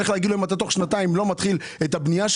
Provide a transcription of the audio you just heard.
צריך להגיד לו שאם תוך שנתיים הוא לא מתחיל את הבנייה,